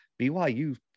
BYU